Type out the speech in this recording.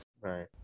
Right